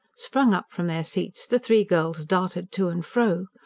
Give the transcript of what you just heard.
sprung up from their seats the three girls darted to and fro.